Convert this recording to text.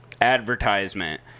advertisement